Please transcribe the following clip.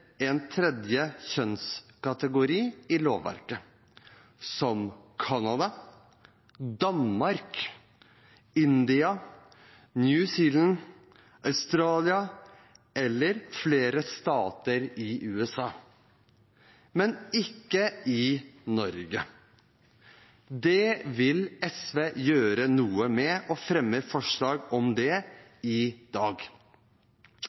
en tredje kjønnskategori i lovverket, som Canada, Danmark, India, New Zealand, Australia og flere stater i USA, men ikke Norge. Det vil SV gjøre noe med og fremmer forslag om det i dag.